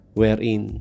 wherein